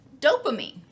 dopamine